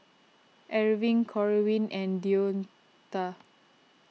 Erving Corwin and Deonta